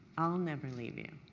i'll never leave you.